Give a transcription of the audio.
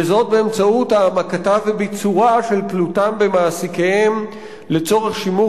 וזאת באמצעות העמקתה וביצורה של תלותם במעסיקיהם לצורך שימור